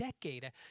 decade